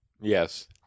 Yes